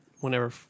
whenever